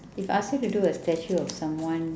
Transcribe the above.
if I ask you to do a statue of someone